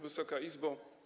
Wysoka Izbo!